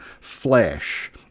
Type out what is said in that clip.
flesh